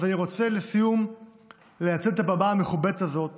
אז אני רוצה לסיום לנצל את הבמה המכובדת הזאת